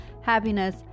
happiness